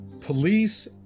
Police